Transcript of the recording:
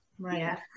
Right